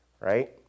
right